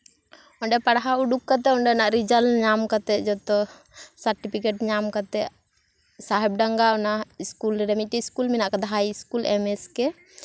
ᱚᱸᱰᱮ ᱯᱟᱲᱦᱟᱣ ᱩᱰᱩᱠ ᱠᱟᱛᱮᱫ ᱚᱸᱰᱮᱱᱟᱜ ᱨᱤᱡᱟᱞᱴ ᱧᱟᱢ ᱠᱟᱛᱮᱫ ᱡᱚᱛᱚ ᱥᱟᱨᱴᱤᱯᱷᱤᱠᱮᱴ ᱧᱟᱢ ᱠᱟᱛᱮᱫ ᱥᱟᱦᱮᱵ ᱰᱟᱸᱜᱟ ᱚᱱᱟ ᱤᱥᱠᱩᱞ ᱨᱮ ᱢᱤᱫᱴᱮᱱ ᱤᱥᱠᱩᱞ ᱢᱮᱱᱟᱜ ᱟᱠᱟᱫᱟ ᱦᱟᱭ ᱤᱥᱠᱩᱞ ᱮᱢᱮᱥᱠᱮ